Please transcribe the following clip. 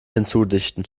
hinzudichten